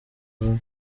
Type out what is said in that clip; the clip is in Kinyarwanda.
vuba